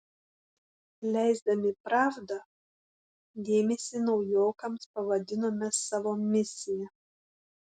leisdami pravdą dėmesį naujokams pavadinome savo misija